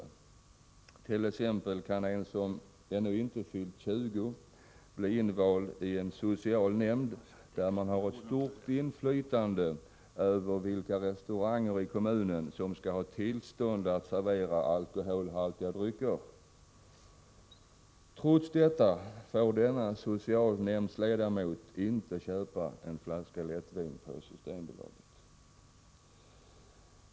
En som inte fyllt 20 år kan t.ex. bli invald i en social nämnd, där man har ett stort inflytande över vilka restauranger i kommunen som skall få tillstånd att servera alkoholhaltiga drycker. Trots detta får denne socialnämndsledamot inte köpa en flaska lättvin på Systemet.